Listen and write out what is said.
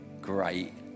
great